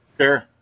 Sure